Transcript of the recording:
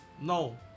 No